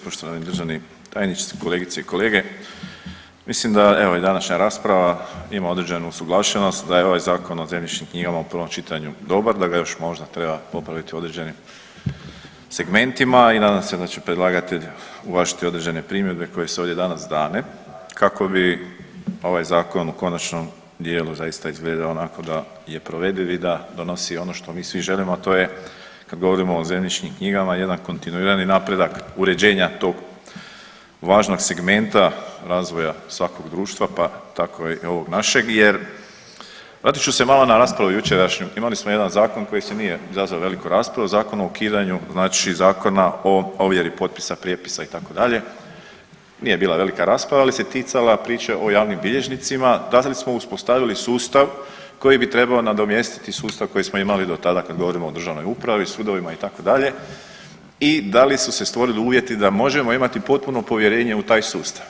Poštovani državni tajniče, kolegice i kolege, mislim da evo i današnja rasprava ima određenu usuglašenost da je ovaj Zakon o zemljišnim knjigama u prvom čitanju dobar, da ga još možda treba popraviti u određenim segmentima i nadam se da će predlagatelj uvažiti određene primjedbe koje su ovdje danas dane kako bi ovaj zakon u konačnom dijelu zaista izgledao onako da je provediv i da donosi ono što mi svi želimo, a to je kad govorimo o zemljišnim knjigama jedan kontinuirani napredak uređenja tog važnog segmenta razvoja svakog društva pa tako i ovog našeg jer vratit ću se malo na raspravu jučerašnju, imali smo jedan zakon koji nije izazvao veliku raspravu zakon o ukidanju zakona o ovjeri potpisa, prijepisa itd., nije bila velika rasprava, ali se ticala priče o javnim bilježnicima da li smo uspostavili sustav koji bi trebao nadomjestiti sustav koji smo imali do tada kad govorimo o državnoj upravi, sudovima itd. i da li su se stvorili uvjeti da možemo imati potpuno povjerenje u taj sustav.